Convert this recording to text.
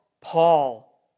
Paul